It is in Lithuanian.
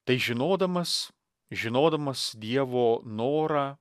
tai žinodamas žinodamas dievo norą